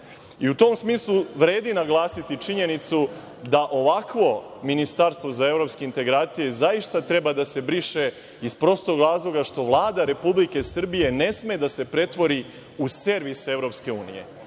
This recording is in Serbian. tom smislu vredi naglasiti i činjenicu da ovakvo ministarstvo za evropske integracije zaista treba da se briše iz prostog razloga što Vlada Republike Srbije ne sme da se pretvori u servis EU. To je